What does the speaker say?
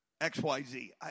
XYZ